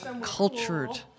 cultured